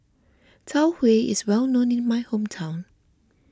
Tau Huay is well known in my hometown